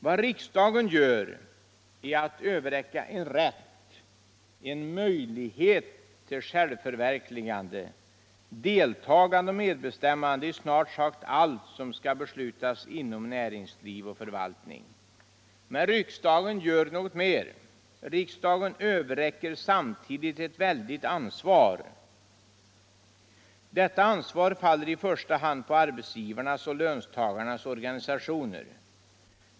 Vad riksdagen gör är att överräcka en rätt, en möjlighet till självförverkligande, deltagande och medbestämmande i snart sagt allt som skall beslutas inom näringsliv och förvaltning. Men riksdagen gör något mer. Riksdagen överräcker samtidigt ett väldigt ansvar. Detta ansvar faller i första hand på arbetsgivarnas och löntagarnas organisationer.